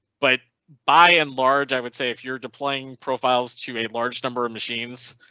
but by and large, i would say ay if you're deploying profiles to a large number of achines